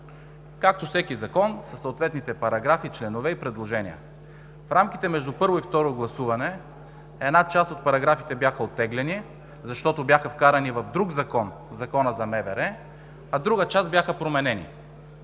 както всеки Закон със съответните параграфи, членове и предложения. В рамките между първо и второ гласуване една част от параграфите бяха оттеглени, защото бяха вкарани в друг Закон – Закона за МВР, а друга част бяха кардинално